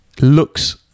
looks